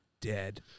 dead